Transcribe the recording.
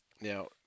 now